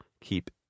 keep